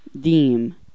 Deem